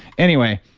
anyway,